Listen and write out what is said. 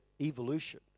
evolution